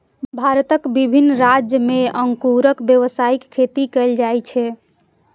भारतक विभिन्न राज्य मे अंगूरक व्यावसायिक खेती कैल जाइ छै